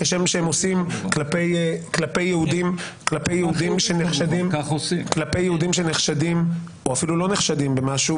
כשם שהם עושים כלפי יהודים שנחשדים או אפילו לא נחשדים במשהו,